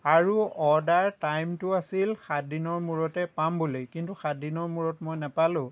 আৰু অৰ্ডাৰ টাইমটো আছিল সাত দিনৰ মূৰতে পাম বুলি কিন্তু সাত দিনৰ মূৰত মই নেপালোঁ